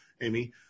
Amy